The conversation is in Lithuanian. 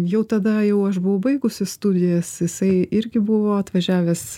jau tada jau aš buvau baigusi studijas jisai irgi buvo atvažiavęs